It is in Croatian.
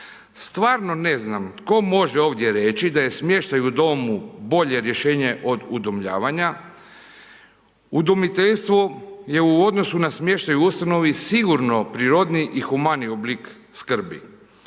Stvarno ne znam, tko može ovdje reći, da je smještaj u domu bolje rješenje od udomljavanja, udomiteljstvo je u odnosu na smještaj u ustanovi, sigurno prirodniji i humaniji oblik skrbi.